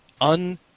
un-